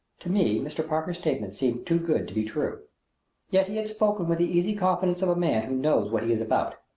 to me mr. parker's statement seemed too good to be true yet he had spoken with the easy confidence of a man who knows what he is about.